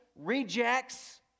rejects